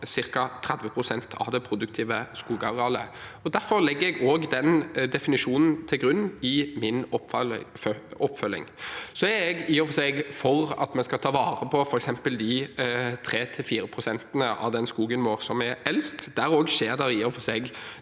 ca. 30 pst. av det produktive skogarealet. Derfor legger jeg den definisjonen til grunn i min oppfølging. Jeg er i og for seg for at vi skal ta vare på f.eks. 3–4 pst. av den skogen som er eldst. Der skjer det i og for seg